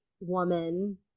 woman